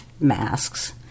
Masks